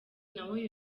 nawe